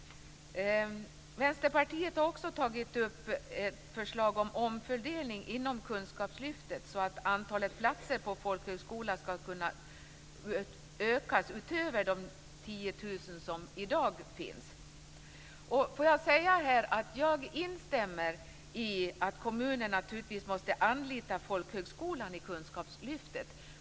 Vänsterpartiet har tagit upp ett förslag om omfördelning inom kunskapslyftet så att antalet platser på folkhögskola skall kunna ökas utöver de 10 000 platser som i dag finns. Får jag här säga att jag instämmer i att kommunerna naturligtvis måste anlita folkhögskolan i kunskapslyftet.